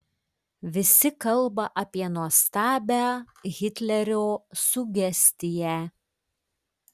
visi kalba apie nuostabią hitlerio sugestiją